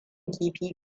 kifi